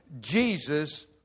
Jesus